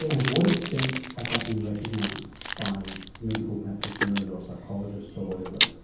and to what extent had that been recognised by medical practitioners or psychologists or whatever?